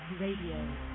Radio